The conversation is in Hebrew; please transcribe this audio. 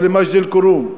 או למג'ד-אלכרום,